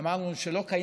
הרי שאפשר להקים